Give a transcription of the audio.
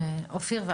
אופיר.